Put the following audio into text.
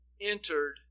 entered